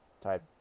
type